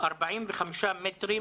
45 מטרים.